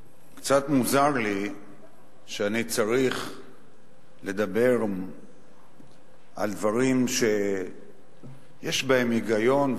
קצת מוזר לי שאני צריך לדבר על דברים שיש בהם היגיון,